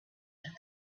that